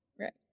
right